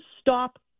stop